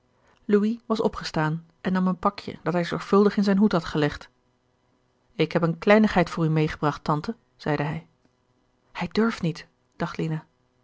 was opgestaan en nam een pakje dat hij zorgvuldig in zijn hoed had gelegd ik heb een kleinigheid voor u meegebragt tante zeide hij gerard keller het testament van mevrouw de tonnette hij durft niet dacht